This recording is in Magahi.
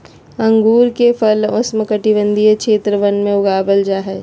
अंगूर के फल उष्णकटिबंधीय क्षेत्र वन में उगाबल जा हइ